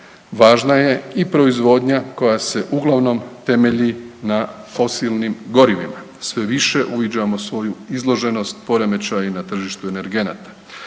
važna je i proizvodnja koja se uglavnom temelji na fosilnim gorivima, sve više uviđamo svoju izloženost poremećaju na tržištu energenata.